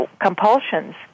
compulsions